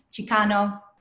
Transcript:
Chicano